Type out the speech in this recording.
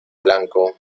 blanco